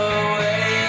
away